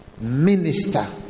minister